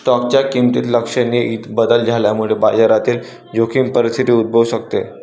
स्टॉकच्या किमतीत लक्षणीय बदल झाल्यामुळे बाजारातील जोखीम परिस्थिती उद्भवू शकते